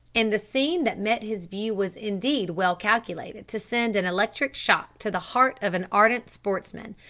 and the scene that met his view was indeed well calculated to send an electric shock to the heart of an ardent sportsman.